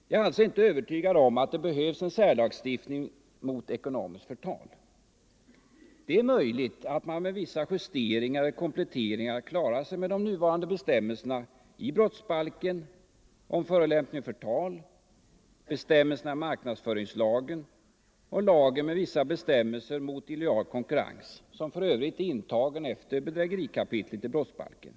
Jag är alltså inte övertygad om att det behövs en särlagstiftning mot ekonomiskt förtal. Det är möjligt att man med vissa justeringar eller kompletteringar klarar sig med de nuvarande reglerna i brottsbalken om förolämpning och förtal, i marknadsföringslagen och i lagen med vissa bestämmelser mot illojal konkurrens — som för övrigt är intagen efter bedrägerikapitlet i brottsbalken.